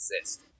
exist